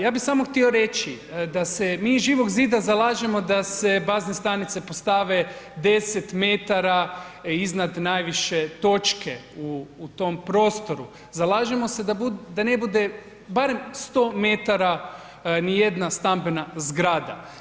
Ja bi samo htio reći da se mi iz Živog zida zalažemo da se bazne stanice postave 10 metara iznad najviše točke u, u tom prostoru, zalažemo se da ne bude barem 100 metara nijedna stambena zgrada.